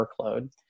workload